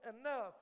enough